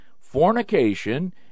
Fornication